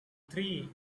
three